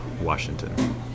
Washington